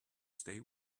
stay